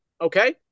Okay